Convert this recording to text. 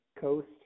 coast